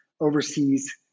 overseas